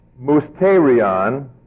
musterion